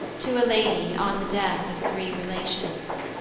to a lady on the death of three relations.